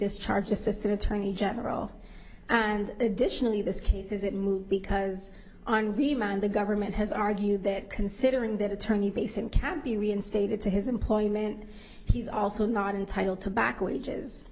discharged assistant attorney general and additionally this case is it moved because on the man the government has argued that considering that attorney base and can be reinstated to his employment he's also not entitled to back wages